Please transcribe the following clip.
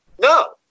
No